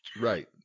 Right